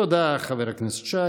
תודה, חבר הכנסת שי.